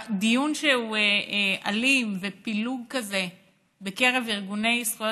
דיון שהוא אלים ופילוג כזה בקרב ארגוני זכויות